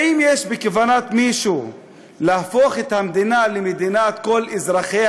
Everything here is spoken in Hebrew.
האם יש בכוונת מישהו להפוך את המדינה למדינת כל אזרחיה,